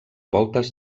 voltes